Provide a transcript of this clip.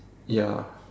ya